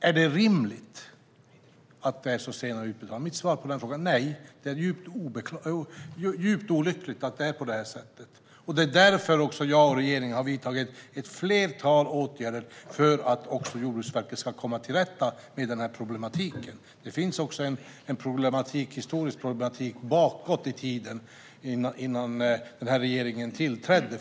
Är det rimligt att utbetalningarna är så sena? Mitt svar på den frågan är nej. Det är djupt olyckligt att det är på det sättet. Det är därför jag och regeringen har vidtagit ett flertal åtgärder för att Jordbruksverket ska komma till rätta med den här problematiken. Det finns också en historisk problematik från tiden innan den här regeringen tillträdde.